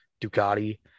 Ducati